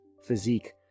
physique